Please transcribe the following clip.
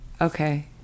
Okay